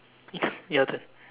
your turn